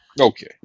Okay